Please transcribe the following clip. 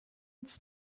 its